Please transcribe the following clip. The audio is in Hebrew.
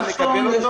אפשר לקבל אותו?